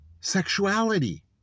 sexuality